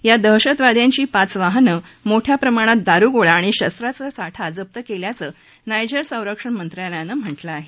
यात दहशतवाद्यांची पाच वाहनं मोठ्या प्रमाणात दारुगोळा आणि शस्त्रसाठा जप्त केल्याचं नायजेरच्या संरक्षण मंत्रालयानं म्हटलं आहे